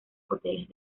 hoteles